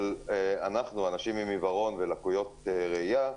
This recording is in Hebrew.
אבל אנחנו, אנשים עם עיוורון ולקויות ראיה,